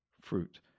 fruit